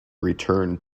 returned